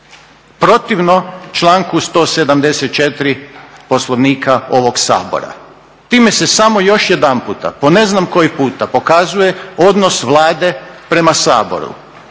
protivno članku 174. Poslovnika ovog Sabora. Time se samo još jedanput po ne znam koji puta pokazuje odnos Vlade prema Saboru.